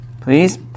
please